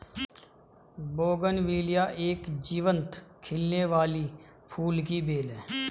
bougainvillea एक जीवंत खिलने वाली फूल की बेल है